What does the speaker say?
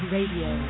Radio